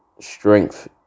strength